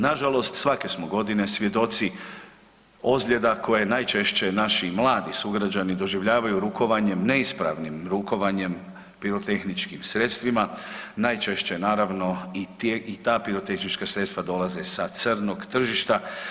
Nažalost, svake smo godine svjedoci ozljeda koje najčešće naši mladi sugrađani doživljavaju rukovanjem, neispravnim rukovanjem pirotehničkim sredstvima, najčešće naravno i ta pirotehnička sredstva dolaze sa crnog tržišta.